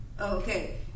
Okay